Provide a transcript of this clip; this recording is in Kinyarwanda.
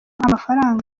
amafaranga